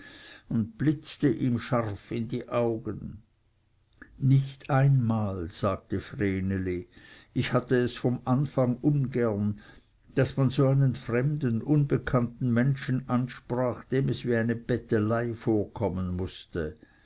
und blitzte scharf ihm in die augen nicht einmal sagte vreneli ich hatte es von anfang ungern daß man so einen fremden unbekannten menschen ansprach dem es wie eine bettelei vorkommen mußte